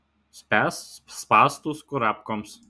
spęsk spąstus kurapkoms